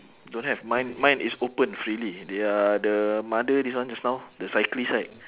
don't have mine mine is open freely they are the mother this one just now the cyclist right